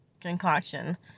concoction